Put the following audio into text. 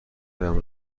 هایم